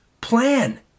plan